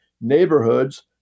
neighborhoods